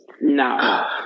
No